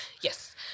Yes